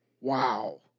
wow